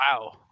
Wow